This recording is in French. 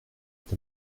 est